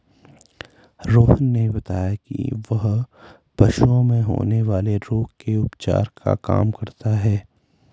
रोहन ने बताया कि वह पशुओं में होने वाले रोगों के उपचार का काम करता है